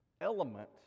element